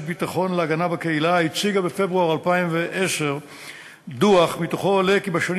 ביטחון להגנה בקהילה הציגה בפברואר 2010 דוח שמתוכו עולה כי בשנים